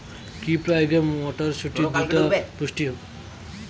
কি প্রয়োগে মটরসুটি দ্রুত পুষ্ট হবে?